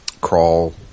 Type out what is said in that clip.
Crawl